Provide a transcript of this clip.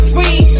Free